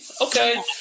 okay